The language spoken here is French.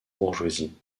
bourgeoisie